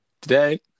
today